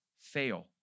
fail